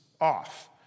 off